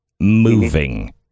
Moving